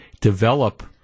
develop